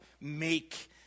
make